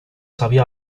sabía